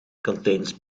contains